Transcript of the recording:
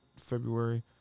February